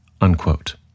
unquote